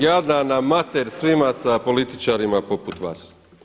Jadna nam mater svima sa političarima poput vas.